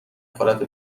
خالتو